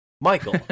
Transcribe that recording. Michael